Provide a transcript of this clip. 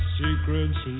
secrets